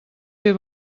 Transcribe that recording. fer